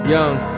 Young